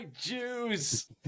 Jews